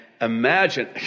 imagine